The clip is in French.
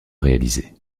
réalisé